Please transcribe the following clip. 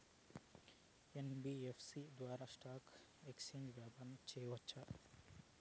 NBFC ద్వారా stock exchange వ్యాపారం సేయొచ్చా?